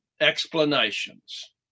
explanations